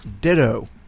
Ditto